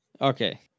Okay